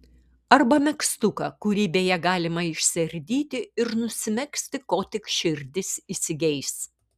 arba megztuką kurį beje galima išsiardyti ir nusimegzti ko tik širdis įsigeis